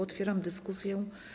Otwieram dyskusję.